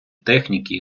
техніки